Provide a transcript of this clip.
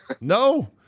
no